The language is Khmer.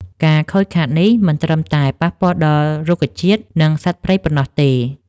ការខូចខាតនេះមិនត្រឹមតែប៉ះពាល់ដល់រុក្ខជាតិ និងសត្វព្រៃប៉ុណ្ណោះទេ។